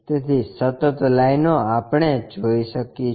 તેથી સતત લાઇનો આપણે જોઈ શકીશુ